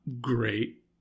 great